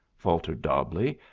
faltered dobbleigh,